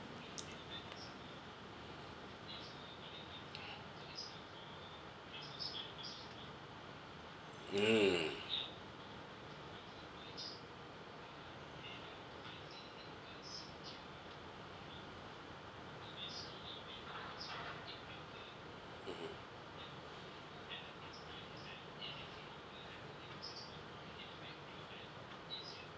hmm mmhmm